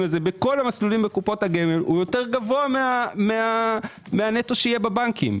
הזה בכל המסלולים בקופת הגמל יותר גבוה מהנטו שיהיה בבנקים.